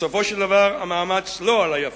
בסופו של דבר המאמץ לא עלה יפה,